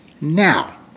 now